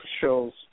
shows